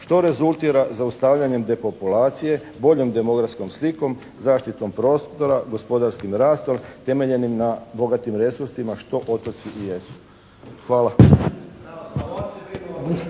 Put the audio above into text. što rezultira zaustavljanjem depopulacije, boljom demografskom slikom, zaštitom prostora, gospodarskim rastom temeljenim na bogatim resursima što otoci i jesu. Hvala.